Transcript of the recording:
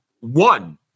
one